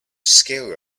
scare